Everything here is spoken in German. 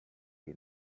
wie